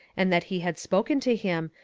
and that he had spoken to him,